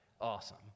Awesome